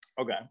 Okay